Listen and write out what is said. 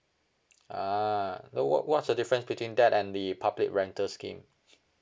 ah no what what's the difference between that and the public rental scheme